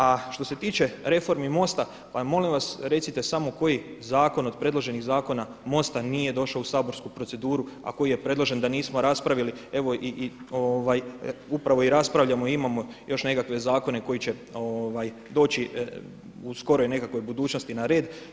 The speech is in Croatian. A što se tiče reformi MOST-a, pa mi molim vas recite samo koji zakon od predloženih zakona MOST-a nije došao u saborsku proceduru a koji je predložen da nismo raspravili evo i upravo i raspravljamo i imamo još nekakve zakone koji će doći u skoroj nekakvoj budućnosti na red.